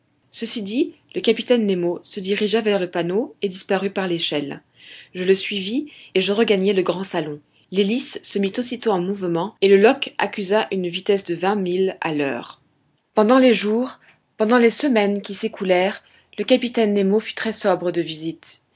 ceci dit le capitaine nemo se dirigea vers le panneau et disparut par l'échelle je le suivis et je regagnai le grand salon l'hélice se mit aussitôt en mouvement et le loch accusa une vitesse de vingt milles à l'heure pendant les jours pendant les semaines qui s'écoulèrent le capitaine nemo fut très sobre de visites